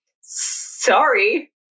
Sorry